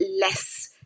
less